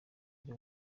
ari